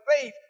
faith